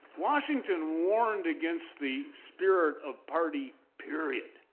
washington warned against the spirit of party, period.